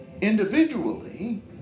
individually